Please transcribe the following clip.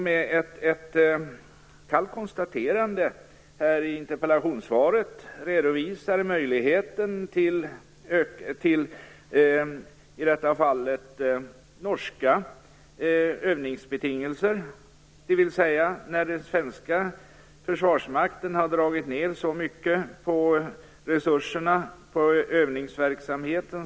Med ett kallt konstaterande i interpellationssvaret redovisar han möjligheten för även norska övningsmöjligheter, dvs. när den svenska försvarsmakten sedan flera år tillbaka tvingats dra ned så mycket på övningsverksamheten.